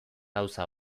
gauza